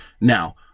Now